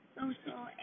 social